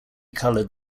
colored